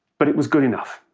but it was good enough.